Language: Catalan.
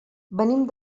venim